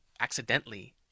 accidentally